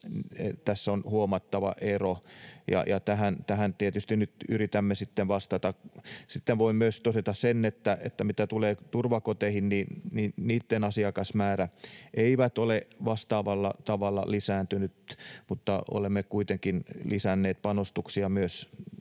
tässä on huomattava ero, ja tähän tietysti nyt yritämme sitten vastata. Sitten voin myös todeta sen, mitä tulee turvakoteihin, että niitten asiakasmäärät eivät ole vastaavalla tavalla lisääntyneet, mutta olemme kuitenkin lisänneet panostuksia myös